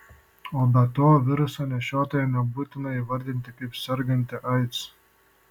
o be to viruso nešiotoją nebūtina įvardinti kaip sergantį aids